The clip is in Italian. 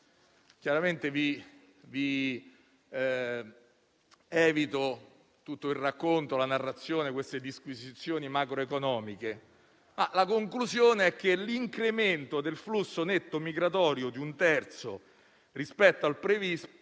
Vi risparmio tutta la narrazione e le disquisizioni macroeconomiche; la conclusione è che l'incremento del flusso netto migratorio di un terzo rispetto al previsto